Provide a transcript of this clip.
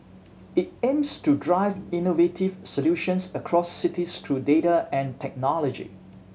it aims to drive innovative solutions across cities through data and technology